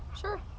Sure